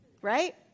right